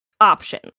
option